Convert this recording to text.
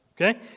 Okay